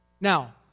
Now